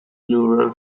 plural